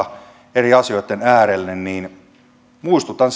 eri asioitten äärelle muistutan